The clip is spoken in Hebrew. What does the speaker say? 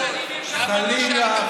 חלילה.